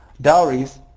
dowries